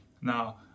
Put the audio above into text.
Now